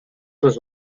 was